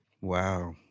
Wow